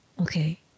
okay